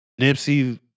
Nipsey